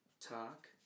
Talk